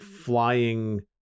flying